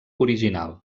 original